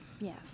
Yes